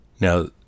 Now